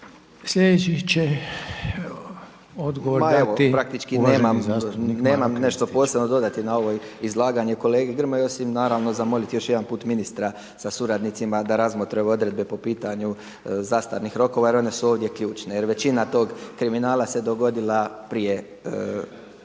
Slijedeći će odgovor dati uvaženi zastupnik